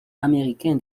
américain